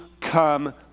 come